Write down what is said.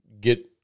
get